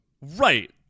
Right